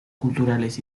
culturales